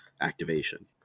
activation